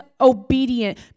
obedient